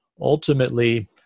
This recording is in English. ultimately